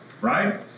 right